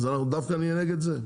אז אנחנו דווקא נהיה נגד זה?